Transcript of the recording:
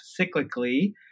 cyclically